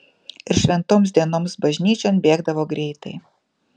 ir šventoms dienoms bažnyčion bėgdavo greitai